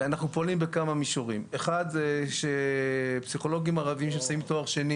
אנחנו פועלים בכמה מישורים: אחד זה שפסיכולוגים ערבים שמסיימים תואר שני